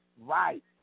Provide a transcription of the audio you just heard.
Right